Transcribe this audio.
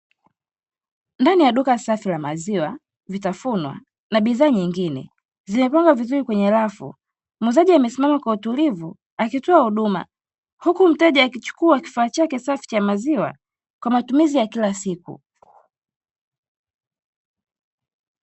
Ndani ya duka safi la maziwa, vitafunwa na bidhaa nyingine; zimepangwa vizuri kwenye rafu. Muuzaji amesimama kwa utulivu akitoa huduma huku mteja akichukua kifaa chake safi cha maziwa kwa matumizi ya kila siku.